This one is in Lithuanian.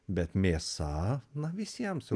bet mėsa na visiems